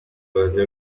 bazira